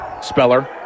speller